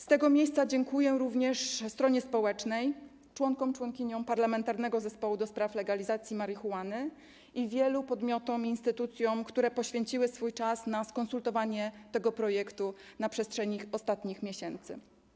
Z tego miejsca dziękuję również stronie społecznej, członkom i członkiniom Parlamentarnego Zespołu ds. Legalizacji Marihuany i wielu podmiotom i instytucjom, które poświęciły swój czas na skonsultowanie tego projektu na przestrzeni ostatnich miesięcy.